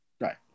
Right